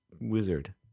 wizard